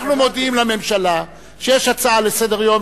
אנחנו מודיעים לממשלה שיש הצעה לסדר-היום